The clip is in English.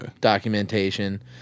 Documentation